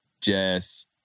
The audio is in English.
Jess